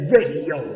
Radio